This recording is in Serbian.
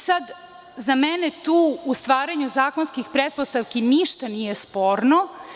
Za mene tu, u stvaranju zakonskih pretpostavki, ništa nije sporno.